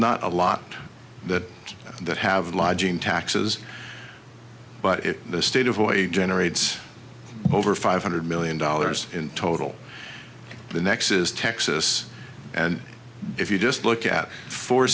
not a lot that that have lodging taxes but the state avoid generates over five hundred million dollars in total the next is texas and if you just look at four